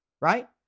right